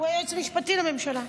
הוא היועץ המשפטי לממשלה.